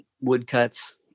woodcuts